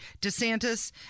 DeSantis